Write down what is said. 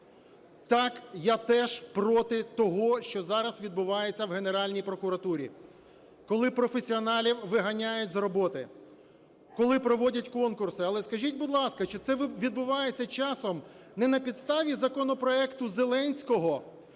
Так, я теж проти того, що зараз відбувається в Генеральній прокуратурі, коли професіоналів виганяють з роботи, коли проводять конкурси. Але скажіть, будь ласка, чи це відбувається часом не на підставі законопроекту Зеленського,